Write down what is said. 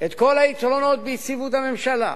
את כל היתרונות ביציבות הממשלה,